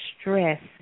stress